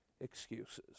excuses